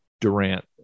Durant